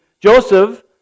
Joseph